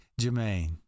Jermaine